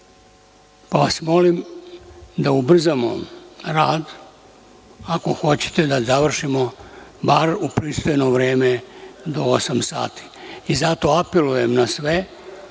pa vas molim da ubrzamo rad ako hoćete da završimo bar u pristojno vreme do osam sati. Zato apelujem na sve